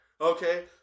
okay